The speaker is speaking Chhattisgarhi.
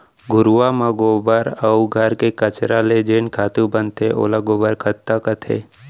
घुरूवा म गोबर अउ घर के कचरा ले जेन खातू बनथे ओला गोबर खत्ता कथें